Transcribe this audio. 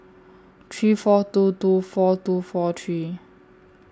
three four two two four two four three